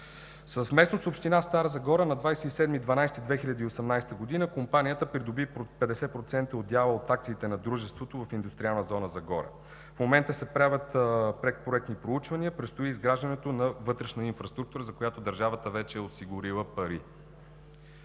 Съвместно с община Стара Загора на 27 декември 2018 г. компанията придоби 50% от дяла от акциите на дружеството в Индустриална зона „Загоре“. В момента се правят предпроектни проучвания. Предстои изграждането на вътрешна инфраструктура, за която държавата вече е осигурила пари.